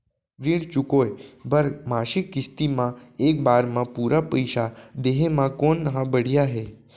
ऋण चुकोय बर मासिक किस्ती या एक बार म पूरा पइसा देहे म कोन ह बढ़िया हे?